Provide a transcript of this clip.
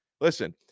listen